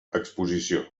exposició